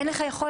אין לך יכולת.